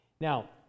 Now